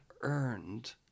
earned